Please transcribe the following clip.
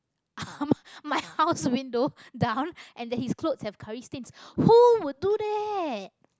my my house window down and then his clothes got curry stain who would do that